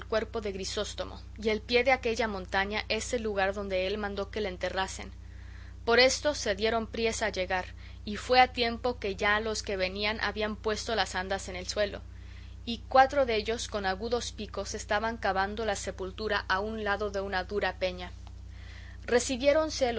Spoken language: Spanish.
cuerpo de grisóstomo y el pie de aquella montaña es el lugar donde él mandó que le enterrasen por esto se dieron priesa a llegar y fue a tiempo que ya los que venían habían puesto las andas en el suelo y cuatro dellos con agudos picos estaban cavando la sepultura a un lado de una dura peña recibiéronse